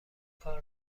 کار